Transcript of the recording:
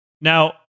Now